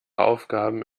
aufgaben